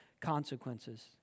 consequences